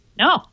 No